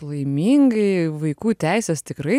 laimingai vaikų teisės tikrai